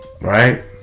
Right